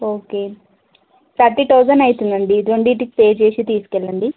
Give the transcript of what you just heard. okay thirty thousand అవుతుందండి రెండిటికి pay చేసి తీసుకెళ్ళండి